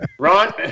Ron